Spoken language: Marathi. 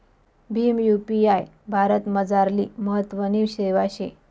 भीम यु.पी.आय भारतमझारली महत्वनी सेवा शे